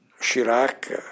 Chirac